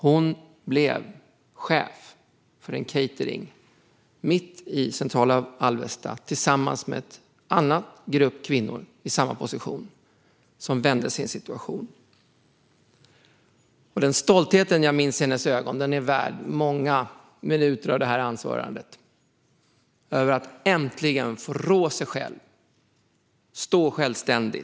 Hon blev chef för en catering i centrala Alvesta tillsammans med en annan grupp kvinnor i samma position som alla vänt sin situation. Stoltheten i hennes ögon är värd många minuter av det här anförandet - en stolthet över att äntligen få ett jobb, rå sig själv och stå självständig.